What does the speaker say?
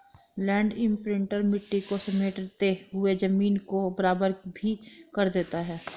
land imprinter मिट्टी को समेटते हुए जमीन को बराबर भी कर देता है